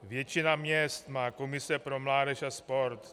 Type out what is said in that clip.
Většina měst má komise pro mládež a sport.